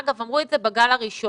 אגב, אמרו את זה בגל הראשון.